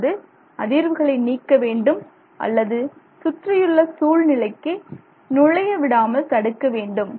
அதாவது அதிர்வுகளை நீக்க வேண்டும் அல்லது சுற்றியுள்ள சூழ்நிலைக்கு நுழைய விடாமல் தடுக்கவேண்டும்